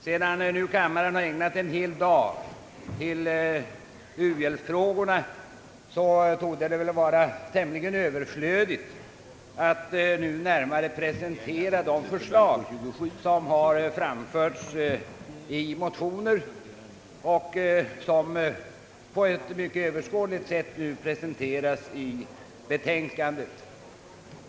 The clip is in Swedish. Sedan nu kammaren har ägnat en hel dag åt u-hjälpsfrågorna torde det vara tämligen överflödigt att närmare presentera de förslag som har framförts i motioner och som på ett mycket överskådligt sätt refereras i betänkandet.